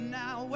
now